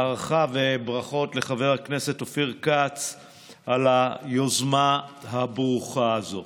הערכה וברכות לחבר הכנסת אופיר כץ על היוזמה הברוכה הזאת.